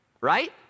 right